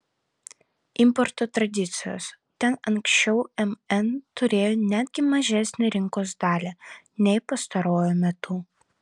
importo tradicijos ten anksčiau mn turėjo netgi mažesnę rinkos dalį nei pastaruoju metu